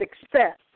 success